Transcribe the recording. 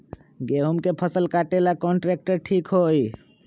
गेहूं के फसल कटेला कौन ट्रैक्टर ठीक होई?